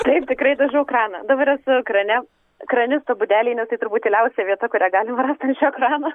taip tikrai dažau kraną dabar esu krane kranisto būdelėj nes tai turbūt tyliausia vieta kurią galima rast ant šio krano